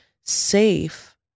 safe